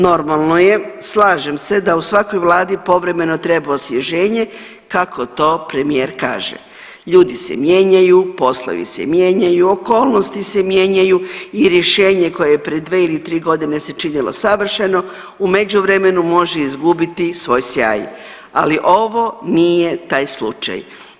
Normalno je, slažem se da u svakoj vladi povremeno treba osvježenje kako to premijer kaže, ljudi se mijenjaju, poslovi se mijenjaju, okolnosti se mijenjanju i rješenje koje je prije 2 ili 3 godine se činilo savršeno u međuvremenu može izgubiti svoj sjaj, ali ovo nije taj slučaj.